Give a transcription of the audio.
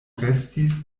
restis